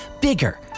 bigger